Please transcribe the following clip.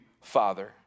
Father